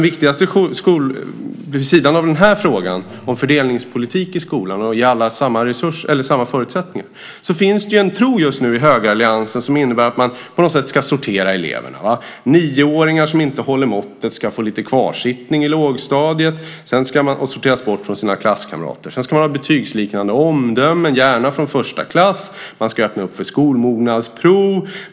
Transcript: Vid sidan om den här frågan om fördelningspolitik i skolan och att alla ska ges samma förutsättningar finns det en tro just nu i högeralliansen som innebär att man på något sätt ska sortera eleverna. Nioåringar som inte håller måttet ska få lite kvarsittning i lågstadiet och sorteras bort från sina klasskamrater. Sedan ska man ha betygsliknande omdömen, gärna från första klass. Man ska öppna för skolmognadsprov.